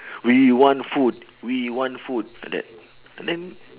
we want food we want food like that I think